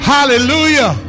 Hallelujah